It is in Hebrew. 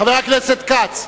חבר הכנסת כץ,